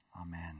Amen